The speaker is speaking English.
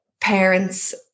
parents